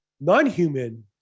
non-human